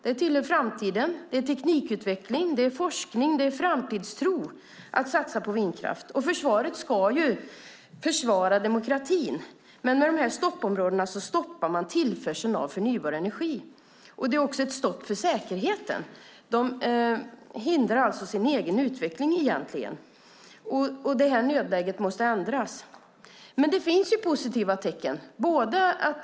De tillhör framtiden. Det är teknikutveckling, och det är forskning och framtidstro att satsa på vindkraft. Försvaret ska ju försvara demokratin, men med de här stoppområdena stoppar man tillförseln av förnybar energi. Det är också ett stopp för säkerheten. Man hindrar alltså sin egen utveckling. Det är ett nödläge som vi måste ändra på. Det finns positiva tecken.